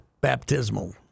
baptismal